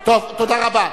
טוב, תודה רבה.